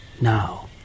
Now